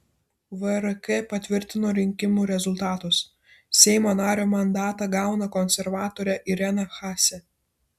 vrk patvirtino rinkimų rezultatus seimo nario mandatą gauna konservatorė irena haase